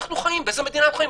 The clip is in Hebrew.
באיזה מדינה אנחנו חיים?